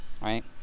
right